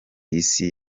isi